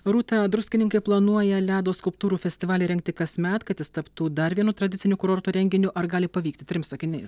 rūta druskininkai planuoja ledo skulptūrų festivalį rengti kasmet kad jis taptų dar vienu tradiciniu kurorto renginiu ar gali pavykti trim sakiniais